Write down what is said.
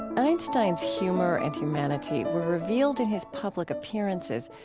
einstein's humor and humanity were revealed in his public appearances,